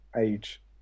age